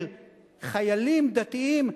של חיילים דתיים,